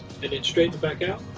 and it's straight to back out.